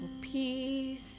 peace